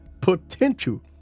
potential